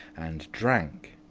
and drank,